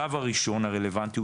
השלב הראשון הרלוונטי,